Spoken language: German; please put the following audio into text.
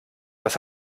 das